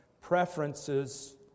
preferences